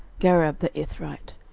gareb the ithrite,